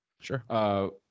Sure